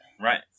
right